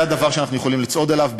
זה דבר שאנחנו יכולים לצעוד עליו,